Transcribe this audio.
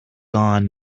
gone